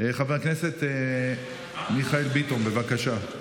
חבר הכנסת מיכאל ביטון, בבקשה.